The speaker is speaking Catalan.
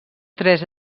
tres